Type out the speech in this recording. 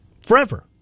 forever